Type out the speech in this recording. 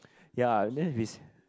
ya then if it's